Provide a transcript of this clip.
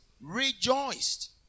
rejoiced